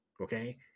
Okay